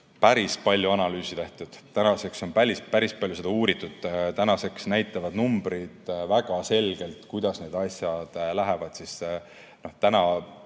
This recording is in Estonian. päris palju analüüse tehtud, tänaseks on päris palju seda uuritud ja tänaseks näitavad numbrid väga selgelt, kuidas need asjad lähevad. Nii